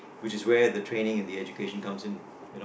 which is where the training and the education comes in you know